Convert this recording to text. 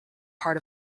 part